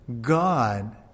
God